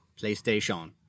PlayStation